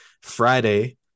Friday